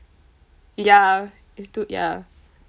ya it's too ya